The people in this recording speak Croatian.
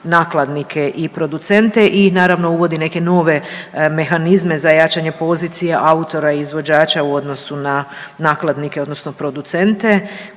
nakladnike i producente i naravno uvodi neke nove mehanizme za jačanje pozicija autora i izvođača u odnosu na nakladnike odnosno producente